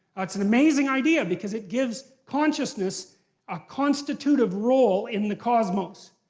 that's an amazing idea because it gives consciousness a constitutive role in the cosmos.